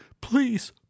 Please